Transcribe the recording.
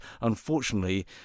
unfortunately